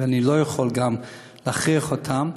ואני לא יכול גם, להכריח אותן,